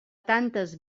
tantes